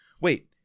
wait